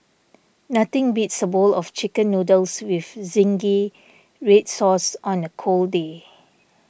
nothing beats a bowl of Chicken Noodles with Zingy Red Sauce on a cold day